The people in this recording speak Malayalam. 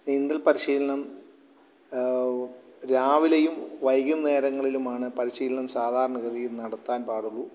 നീന്തൽ പരിശീലനം രാവിലെയും വൈകുന്നേരങ്ങളിലുമാണ് പരിശീലനം സാധാരണഗതിയിൽ നടത്താൻ പാടുള്ളൂ